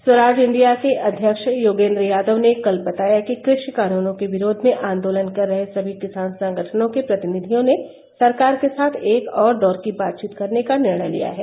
Swaraj India के अध्यक्ष योगेन्द्र यादव ने कल बताया कि कृषि कानूनों के विरोध में आंरोलन कर रहे सभी किसान संगठनों के प्रतिनिधियों ने सरकार के साथ एक और दौर की बातचीत करने का निर्णय लिया है